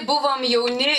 buvom jauni